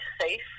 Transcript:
Safe